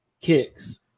kicks